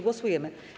Głosujemy.